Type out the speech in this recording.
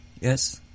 Yes